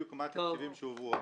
מה בדיוק התקציבים שהועברו.